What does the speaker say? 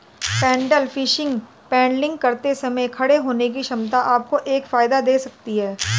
pedal fishing paddling करते समय खड़े होने की क्षमता आपको एक फायदा दे सकती है